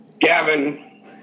Gavin